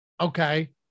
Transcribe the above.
Okay